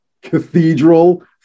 cathedral